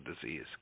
disease